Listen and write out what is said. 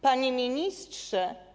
Panie Ministrze!